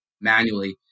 manually